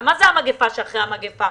ומה זה המגפה שאחרי המגפה?